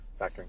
factoring